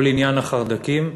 כל עניין החרד"קים,